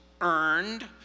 earned